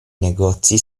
negozi